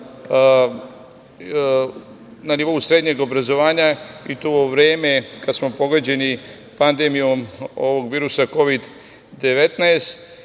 na nivou srednjeg obrazovanja, i to u vreme kada smo pogođeni pandemijom ovog virusa Kovid-19.